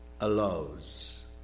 allows